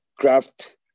craft